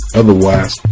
otherwise